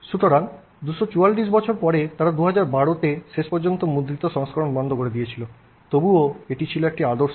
সুতরাং 244 বছর পরে তারা 2012 তে শেষ পর্যন্ত মুদ্রিত সংস্করণ বন্ধ করে দিয়েছিল তবুও এটি ছিল একটি আদর্শ